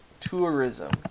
tourism